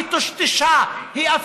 היא טושטשה,